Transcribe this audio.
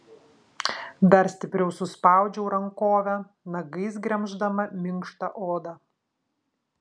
dar stipriau suspaudžiau rankovę nagais gremždama minkštą odą